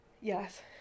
Yes